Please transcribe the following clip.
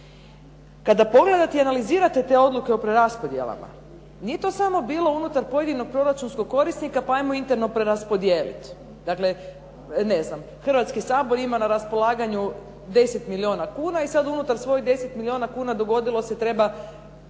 Kada pogledate i analizirate te odluke o preraspodjelama nije to samo bilo unutar pojedinog proračunskog korisnika pa hajmo interno preraspodijeliti. Dakle, ne znam Hrvatski sabor ima na raspolaganju 10 milijuna kuna i sad unutar svojih 10 milijuna kuna dogodilo se treba